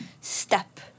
step